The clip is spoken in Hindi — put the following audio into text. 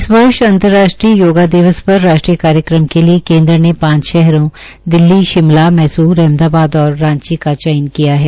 इस वर्ष अंतर्राष्ट्रीय योगा दिवस पर राष्ट्रीय कार्यक्रम के लिये केन्द्र ने पांच शहरों दिल्ली शिमला मैसूर अहमदाबाद और रांची का चयन किया गया है